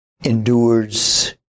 endures